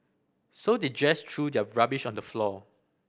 so they just threw their rubbish on the floor